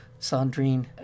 Sandrine